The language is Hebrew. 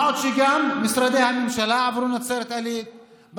מה עוד שגם משרדי הממשלה עברו לנצרת עילית,